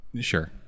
Sure